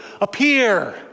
appear